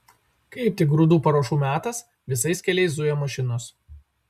kaip tik grūdų paruošų metas visais keliais zuja mašinos